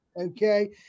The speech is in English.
okay